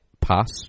pass